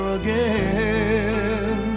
again